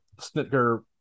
Snitger